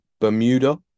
Bermuda